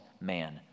man